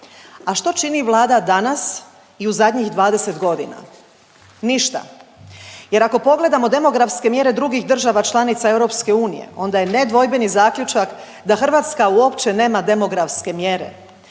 A što čini Vlada danas i u zadnjih 20 godina? Ništa, jer ako pogledamo demografske mjere drugih država članica EU onda je nedvojbeni zaključak da Hrvatska uopće nema demografske mjere